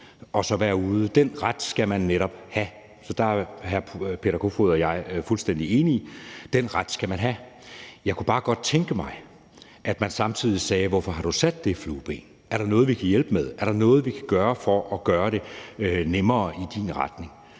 og så være ude. Den ret skal man netop have, så der er hr. Peter Kofod og jeg fuldstændig enige; den ret skal man have. Jeg kunne bare godt tænke mig, at man samtidig spurgte: Hvorfor har du sat det flueben? Er der noget, vi kan hjælpe med? Er der noget, vi kan gøre for at gøre det nemmere i din retning?